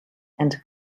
and